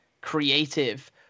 creative